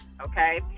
okay